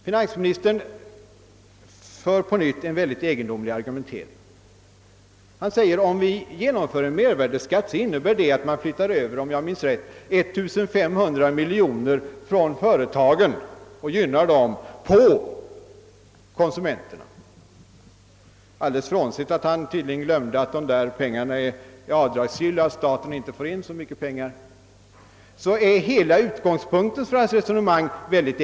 Finansministern för på nytt en egendomlig argumentering. Han säger att om vi genomför mervärdeskatt innebär det att man flyttar över, om jag minns rätt, 1500 miljoner kronor från företagen till konsumenterna. Alldeles bortsett från att han tydligen har glömt att dessa pengar är avdragsgilla och att staten inte får in så mycket pengar, är utgångspunkten för hans resonemang egendomlig.